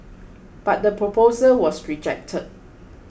but the proposal was rejected